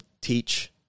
teach